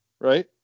right